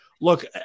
look